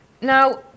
Now